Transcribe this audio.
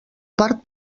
part